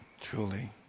truly